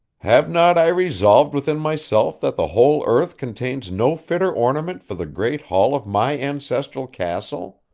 have not i resolved within myself that the whole earth contains no fitter ornament for the great hall of my ancestral castle?